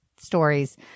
stories